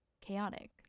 chaotic